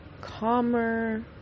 calmer